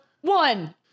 one